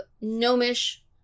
gnomish